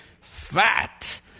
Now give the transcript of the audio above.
fat